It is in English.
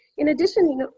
in addition, you know,